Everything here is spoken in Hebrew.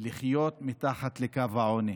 לחיות מתחת לקו העוני.